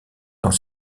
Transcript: dans